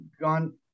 gone